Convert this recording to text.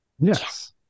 yes